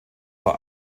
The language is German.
bei